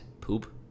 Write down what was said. Poop